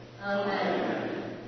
Amen